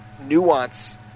nuance